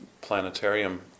planetarium